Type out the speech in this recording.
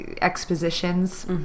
Expositions